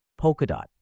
Polkadot